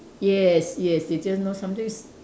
yes yes they didn't know something is